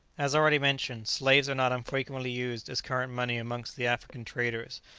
as already mentioned, slaves are not unfrequently used as current money amongst the african traders,